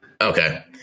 okay